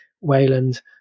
Wayland